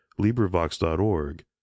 LibriVox.org